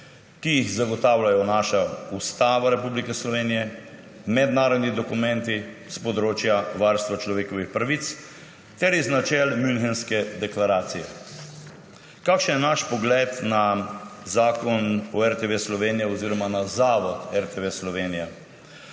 ki jih zagotavljajo Ustava Republike Slovenije, mednarodni dokumenti s področja varstva človekovih pravic ter iz načel Münchenske deklaracije. Kakšen je naš pogled na zakon o RTV oziroma na zavod RTV Slovenija?